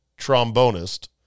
trombonist